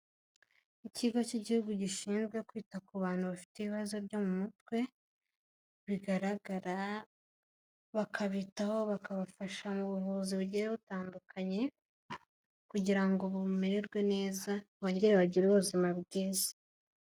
Ikigo cy'Igihugu gishinzwe kwita ku bantu bafite ibibazo byo mu mutwe, bigaragara bakabitaho bakabafasha mu buvuzi bugiye butandukanye kugira ngo bamererwe neza bongere bagire ubuzima bwiza.